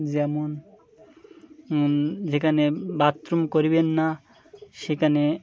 যেমন যেখানে বাথরুম করবেন না সেখানে